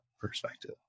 perspective